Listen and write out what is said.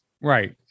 right